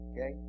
Okay